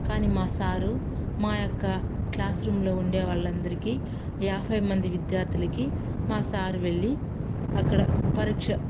కానీ మా సారు మా యొక్క క్లాస్రూంలో ఉండే వాళ్ళందరికీ యాభై మంది విద్యార్థులకి మా సారు వెళ్ళి అక్కడ పరీక్ష